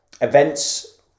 events